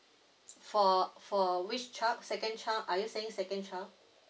for for which child second child are you saying second child